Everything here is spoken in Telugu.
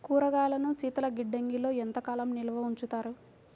కూరగాయలను శీతలగిడ్డంగిలో ఎంత కాలం నిల్వ ఉంచుతారు?